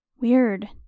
Weird